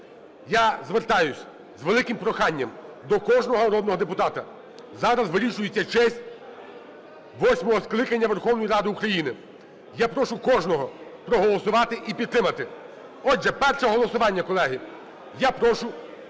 я звертаюсь з великим проханням до кожного народного депутата, зараз вирішується честь восьмого скликання Верховної Ради України. Я прошу кожного проголосувати і підтримати. Отже, перше голосування, колеги. Я прошу